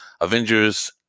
Avengers